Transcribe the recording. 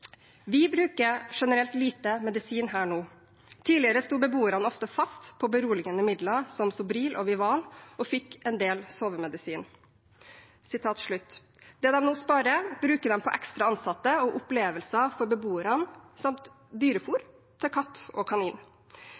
bruker generelt lite medisin her nå. Tidligere sto beboerne ofte fast på beroligende midler som Sobril og Vival og fikk en del sovemedisin.» Det de nå sparer, bruker de på ekstra ansatte og opplevelser for beboerne – samt dyrefôr til katt og kanin.